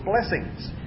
blessings